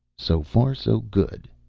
so far so good,